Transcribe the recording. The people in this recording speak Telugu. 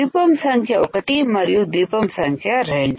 ద్వీపం సంఖ్య 1 మరియు ద్వీపం సంఖ్య 2